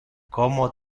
como